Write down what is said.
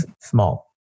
small